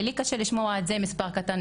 לי קשה לשמוע "מספר קטן,